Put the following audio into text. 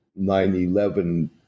9-11